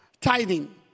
Tithing